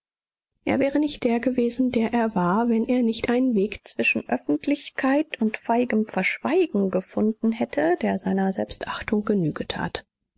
er wäre nicht der gewesen der er war wenn er nicht einen weg zwischen öffentlichkeit und feigem verschweigen gefunden hätte der seiner selbstachtung genüge tat